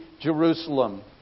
Jerusalem